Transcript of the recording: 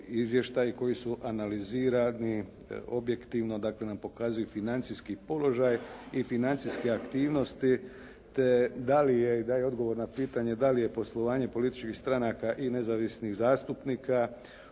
izvještaj koji su analizirani objektivno pokazuju financijski položaj i financijske aktivnosti, te dali je i daje odgovor na pitanje dali je poslovanje političkih stranaka i nezavisnih zastupnika u